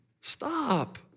Stop